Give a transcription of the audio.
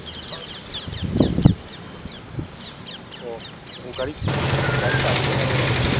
ꯑꯣ ꯑꯣ ꯒꯥꯔꯤ ꯒꯥꯔꯤ ꯆꯥꯝꯕꯩꯗꯣ ꯍꯥꯏꯔꯛꯑꯣꯔꯣ